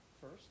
first